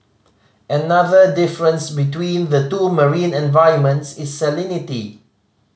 another difference between the two marine environments is salinity